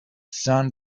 sun